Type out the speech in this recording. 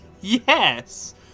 Yes